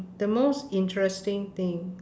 the most interesting thing